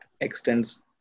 extends